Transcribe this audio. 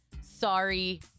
Sorry